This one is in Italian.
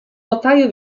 notaio